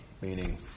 Meaning